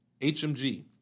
HMG